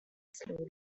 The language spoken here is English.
slowly